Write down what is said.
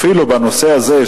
אפילו בנושא הזה,